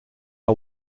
are